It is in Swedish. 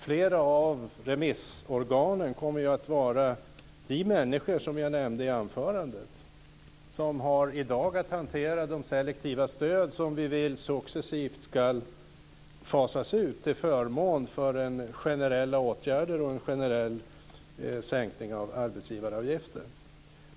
Flera av remissorganen kommer ju att vara de människor, som jag nämnde i anförandet, som i dag har att hantera de selektiva stöd som vi vill successivt ska fasas ut till förmån för generella åtgärder och en generell sänkning av arbetsgivaravgiften.